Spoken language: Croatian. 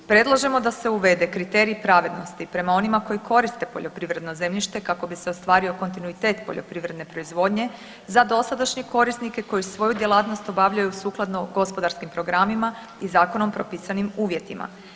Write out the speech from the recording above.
Predlažemo da se uvede kriterij pravednosti prema onima koji koriste poljoprivredno zemljište kako bi se ostvario kontinuitet poljoprivredne proizvodnje za dosadašnje korisnike koji svoju djelatnost obavljaju sukladno gospodarskim programima i zakonom propisanim uvjetima.